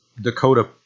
Dakota